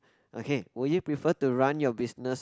okay would you prefer to run your business